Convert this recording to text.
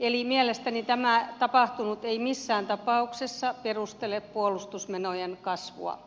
eli mielestäni tämä tapahtunut ei missään tapauksessa perustele puolustusmenojen kasvua